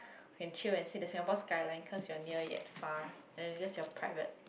and chill and see the Singapore skyline cause you are near yet far and that's your private